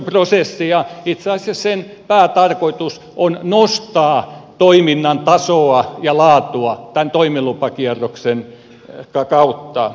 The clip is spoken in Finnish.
itse asiassa sen päätarkoitus on nostaa toiminnan tasoa ja laatua tämän toimilupakierroksen kautta